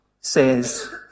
says